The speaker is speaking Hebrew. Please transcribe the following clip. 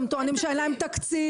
הם טוענים שאין להם תקציב.